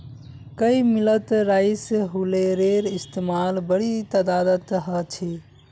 कई मिलत राइस हुलरेर इस्तेमाल बड़ी तदादत ह छे